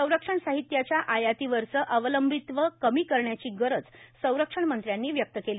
संरक्षण साहित्याच्या आयातीवरचं अवलंबित्व कमी करण्याची गरज संरक्षणमंत्र्यांनी व्यक्त केली